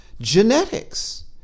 genetics